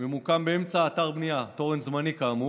באמצע אתר בנייה ממוקם תורן זמני כאמור,